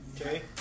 Okay